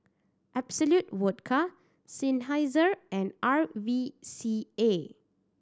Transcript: Absolut Vodka Seinheiser and R V C A